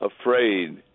afraid